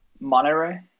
Monterey